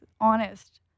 honest